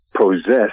possess